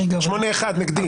8-1 נגדי?